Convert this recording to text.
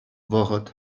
вӑхӑт